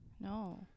No